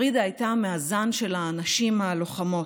פרידה הייתה מהזן של הנשים הלוחמות.